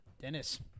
dennis